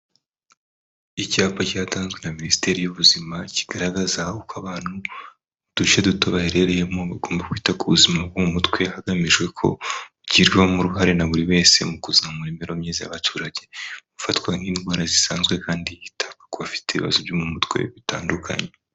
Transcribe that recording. Icyapa cyatanzwe na minisiteri y'ubuzima, kigaragaza uko abantu udushya duto baherereyemo bagomba kwita ku buzima bwo mu mutwe, hagamijwe ko ugirwamo uruhare na buri wese mu kuzamura imibereho myiza y'abaturage, gufatwa nk'indwara zisanzwe kandi hitabwa ku bafite ibibazo byo mu mutwe bitandukanye.